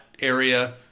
area